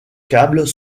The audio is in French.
câbles